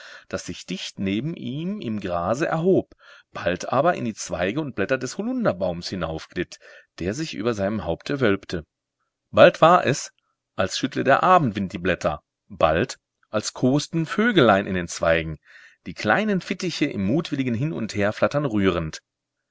das sich dicht neben ihm im grase erhob bald aber in die zweige und blätter des holunderbaums hinaufglitt der sich über seinem haupte wölbte bald war es als schüttle der abendwind die blätter bald als kos'ten vögelein in den zweigen die kleinen fittiche im mutwilligen hin und herflattern rührend